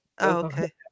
Okay